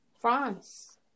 France